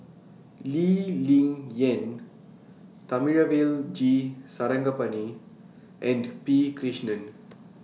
Lee Ling Yen Thamizhavel G Sarangapani and P Krishnan